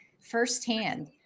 firsthand